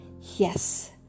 Yes